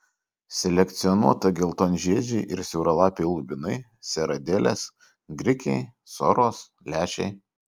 selekcionuota geltonžiedžiai ir siauralapiai lubinai seradėlės grikiai soros lęšiai